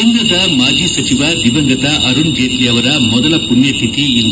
ಕೇಂದ್ರದ ಮಾಜಿ ಸಚಿವ ದಿವಂಗತ ಅರುಣ್ ಜೇಟ್ಲಿ ಅವರ ಮೊದಲ ಪುಣ್ಯತಿಥಿ ಇಂದು